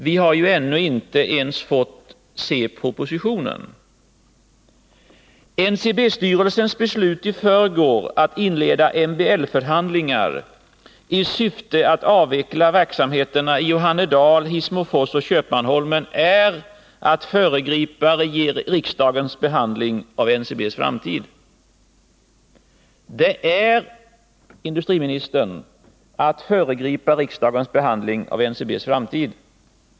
Vi har ju ännu inte ens fått se propositionen. NCB-styrelsens beslut i förrgår att inleda MBL-förhandlingar i syfte att : 113 avveckla verksamheterna i Johannedal, Hissmofors och Köpmanholmen är, herr industriminister, att föregripa riksdagens behandling av NCB:s framtid.